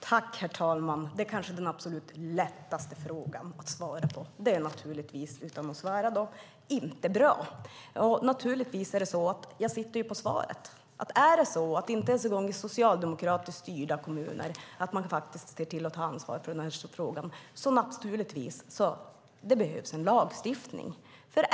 Herr talman! Det är kanske den absolut lättaste frågan att svara på. Det är naturligtvis inte bra. Jag sitter ju på svaret. Är det så att man inte ser till att ta ansvar för den här frågan ens i socialdemokratiskt styrda kommuner behövs det naturligtvis en lagstiftning.